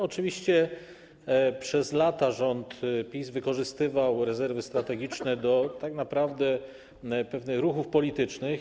Oczywiście przez lata rząd PiS wykorzystywał rezerwy strategiczne do tak naprawdę pewnych ruchów politycznych.